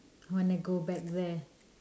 I want to go back there